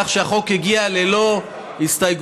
כך שהחוק הגיע ללא הסתייגויות,